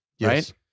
right